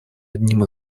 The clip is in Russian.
одним